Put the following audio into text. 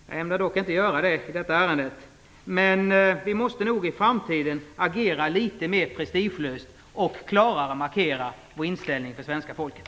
Jag ämnar dock inte göra det i detta ärende, men jag tycker nog att vi i framtiden måste agera litet mer prestigelöst och klarare markera vår inställning för svenska folket.